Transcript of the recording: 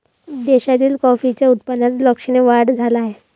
देशातील कॉफीच्या उत्पादनात लक्षणीय वाढ झाला आहे